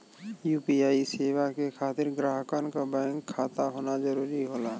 UPI सेवा के खातिर ग्राहकन क बैंक खाता होना जरुरी होला